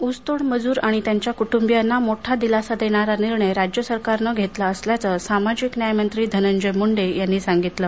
ऊसतोडमजूर आणि त्यांच्या कुटूंबियांना मोठा दिलासा देणारा निर्णय राज्य सरकारने घेतला असल्याचे सामाजिक न्याय मंत्री धनंजय मुंडे यांनी सांगितले